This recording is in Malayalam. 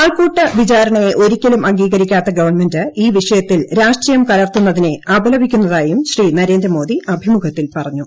ആൾക്കൂട്ട വിചാരണയെ ഒരിക്കലു്ം അംഗീകരിക്കാത്ത ഗവൺമെന്റ് ഈ വിഷയത്തിൽ കലർത്തുന്നതിനെ രാഷ്ട്രീയം അപലപിക്കുന്നതായും ശ്രീ നരേന്ദ്രമോദി അഭിമുഖത്തിൽ പറഞ്ഞു